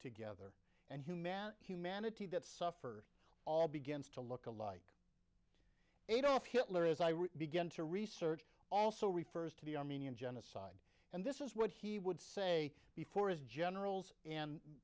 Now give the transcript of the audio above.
together and humanity humanity that suffer all begins to look alike adolf hitler as i written began to research also refers to the armenian genocide and this is what he would say before his generals and